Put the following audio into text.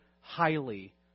highly